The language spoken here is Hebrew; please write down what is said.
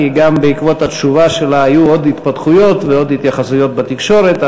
כי גם בעקבות התשובה שלה היו עוד התפתחויות ועוד התייחסויות בתקשורת.